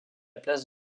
place